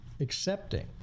accepting